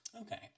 Okay